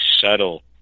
subtle